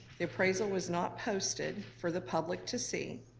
the appraisal was not posted for the public to see,